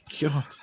God